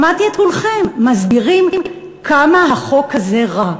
שמעתי את כולכם, מסבירים כמה החוק הזה רע.